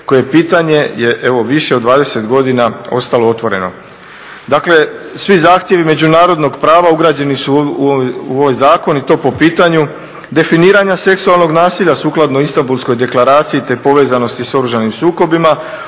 koje pitanje je evo više od 20 godina ostalo otvoreno. Dakle, svi zahtjevi međunarodnog prava ugrađeni su u ovaj zakon i to po pitanju definiranja seksualnog nasilja sukladno Istambulskoj deklaraciji te povezanosti sa oružanim sukobima,